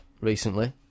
recently